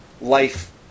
life